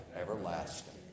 everlasting